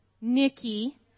Nikki